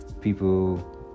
people